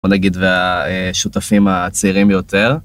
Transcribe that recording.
בוא נגיד, והשותפים הצעירים ביותר.